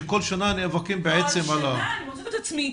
שכל שנה נאבקים בעצם על ה- -- כל שנה אני מוצאת את עצמי,